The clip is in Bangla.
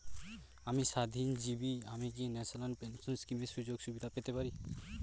আমি স্বাধীনজীবী আমি কি ন্যাশনাল পেনশন স্কিমের সুযোগ সুবিধা পেতে পারি?